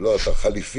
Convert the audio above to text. לא, אתה חליפי.